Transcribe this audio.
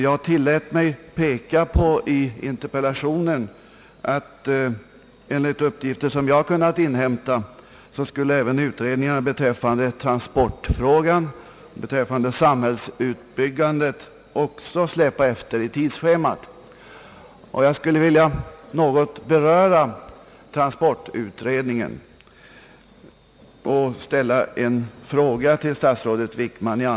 Jag tillät mig i interpellationen peka på att, enligt uppgifter som jag har kunnat inhämta, även utredningarna beträffande transportfrågan och beträffande samhällsutbyggandet skulle släpa efter i tidsschemat. Jag skulle något vilja beröra transportutredningen och i anledning därav ställa en fråga till statsrådet Wickman.